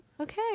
Okay